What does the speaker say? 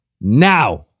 Now